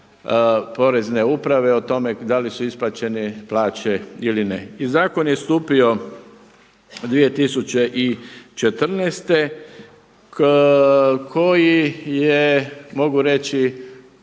Porezne uprave o tome da li su isplaćene plaće ili ne. I zakon je stupio 2014. koji je mogu reći